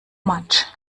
much